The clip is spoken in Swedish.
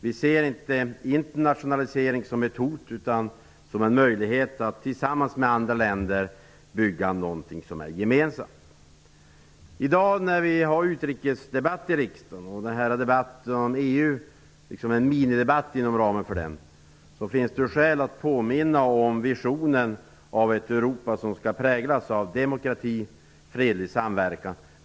Vi ser inte internationalisering som ett hot utan som en möjlighet att tillsammans med andra länder bygga något gemensamt. I dag när vi har utrikesdebatt i riksdagen -- debatten om EU är en minidebatt inom ramen för den -- finns det skäl av påminna om visionen av ett Europa som skall präglas av demokrati och fredlig samverkan.